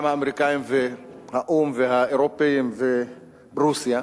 גם האמריקנים והאו"ם והאירופים ורוסיה,